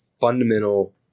fundamental